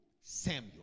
Samuel